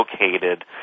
located